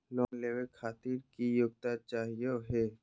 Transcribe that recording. Loan लेवे खातीर की योग्यता चाहियो हे?